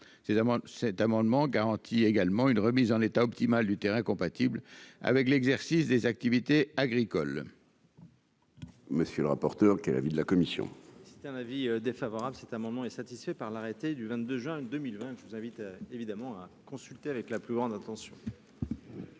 cet amendement garantit également une remise en état optimal du terrain compatible avec l'exercice des activités agricoles. Monsieur le rapporteur qu'est l'avis de la commission. C'est un avis défavorable, cet amendement est satisfait par l'arrêté du 22 juin 2020, je vous invite évidemment à consulter avec la plus grande attention.